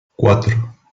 cuatro